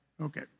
Okay